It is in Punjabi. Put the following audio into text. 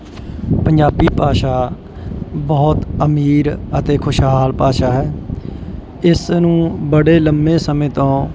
ਪੰਜਾਬੀ ਭਾਸ਼ਾ ਬਹੁਤ ਅਮੀਰ ਅਤੇ ਖੁਸ਼ਹਾਲ ਭਾਸ਼ਾ ਹੈ ਇਸ ਨੂੰ ਬੜੇ ਲੰਬੇ ਸਮੇਂ ਤੋਂ